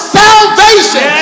salvation